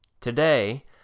Today